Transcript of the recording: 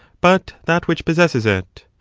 but that which possesses it.